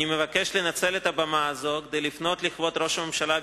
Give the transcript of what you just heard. אני מבקש לנצל את הבמה הזאת כדי לפנות אל כבוד ראש הממשלה,